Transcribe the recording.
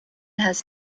has